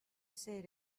say